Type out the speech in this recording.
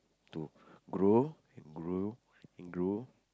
to grow and grow and grow